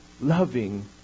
loving